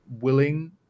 willing